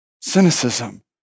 cynicism